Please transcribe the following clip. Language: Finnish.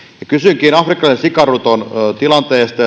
kysynkin afrikkalaisen sikaruton tilanteesta